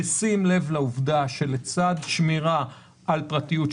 בשים לב לעובדה שלצד שמירה על פרטיות,